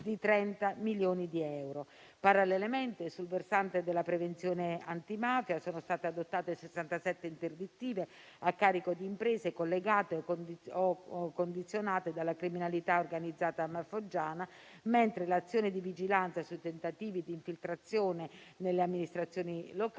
Parallelamente, sul versante della prevenzione antimafia, sono state adottate 67 interdittive a carico di imprese collegate o condizionate dalla criminalità organizzata foggiana, mentre l'azione di vigilanza sui tentativi di infiltrazione nelle amministrazioni locali